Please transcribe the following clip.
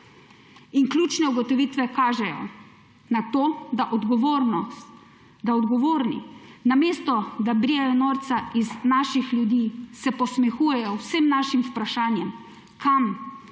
Ključne ugotovitve kažejo na to, da odgovorni, namesto da se brijejo norca iz naših ljudi, se posmehujejo vsem našim vprašanjem, kam in za